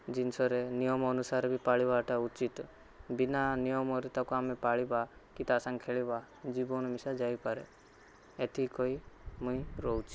ଜିନିଷରେ ନିୟମ ଅନୁସାରେ ବି ପାଳିବାଟା ଉଚିତ୍ ବିନା ନିୟମରେ ତାକୁ ଆମେ ପାଳିବା କି ତା' ସଙ୍ଗେ ଖେଳିବା ଜୀବନ ମିଶା ଯାଇପାରେ ଏତିକି କହି ମୁଇଁ ରହୁଛି